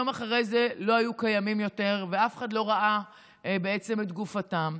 יום אחרי זה לא היו קיימים יותר ואף אחד לא ראה בעצם את גופתם,